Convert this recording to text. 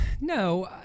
No